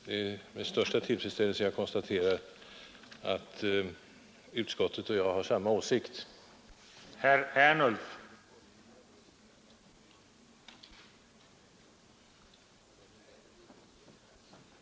Det är alltså med största tillfredsställelse jag konstaterar att utskottet och jag har ungefär samma åsikt i den genom motionen väckta frågan.